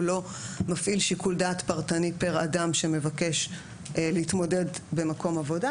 הוא לא מפעיל שיקול דעת פרטני פר אדם שמבקש להתמודד במקום עבודה,